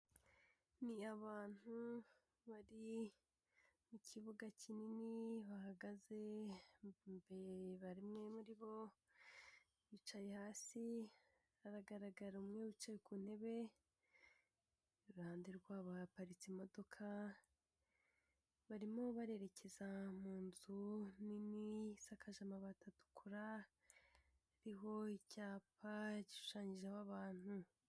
Ni abantu bari mu kibuga kinini bahagaze imbere bamwe muri bo bicaye hasi hagaragara umwe wicaye ku ntebe iruhande rwabo haparirika imodoka barimo barererekeza mu nzu nini z'akazi amabati atukura hariho icyapa kishushanyiho abantu.